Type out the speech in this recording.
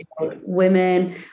women